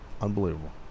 Unbelievable